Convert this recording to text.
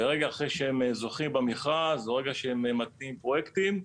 ורגע אחרי שהם זוכים במכרז או רגע שהם מתניעים פרויקטים,